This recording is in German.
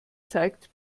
zeigt